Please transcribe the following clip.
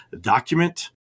document